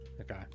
Okay